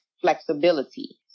flexibility